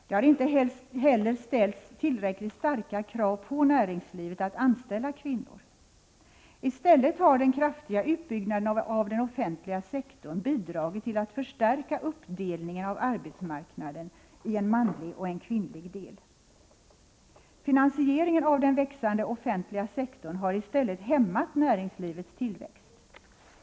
Det har inte heller ställts tillräckligt starka krav på näringslivet att anställa kvinnor. I stället har den kraftiga utbyggnaden av den offentliga sektorn bidragit till att förstärka 91 Finansieringen av den växande offentliga sektorn har i stället hämmat näringslivets tillväxt.